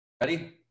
Ready